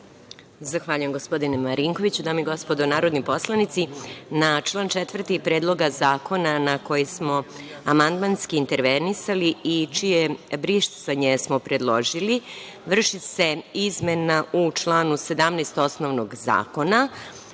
Zahvaljujem, gospodine Marinkoviću. Dame i gospodo narodni poslanici, na član 4. Predloga zakona na koji smo amandmanski intervenisali i čije brisanje smo predložili, vrši se izmena u članu 17. osnovnog zakona,